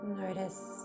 Notice